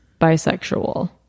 bisexual